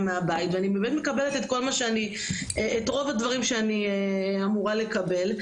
מהבית ואני באמת מקבלת את רוב הדברים שאני אמורה לקבל,